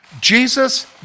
Jesus